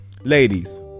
ladies